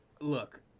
Look